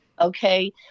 Okay